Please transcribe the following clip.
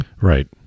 Right